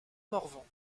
morvan